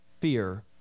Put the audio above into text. fear